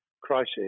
crisis